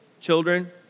Children